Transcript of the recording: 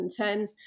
2010